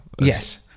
Yes